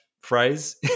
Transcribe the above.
phrase